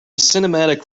cinematic